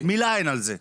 מילה אין על זה.